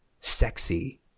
Sexy